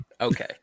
Okay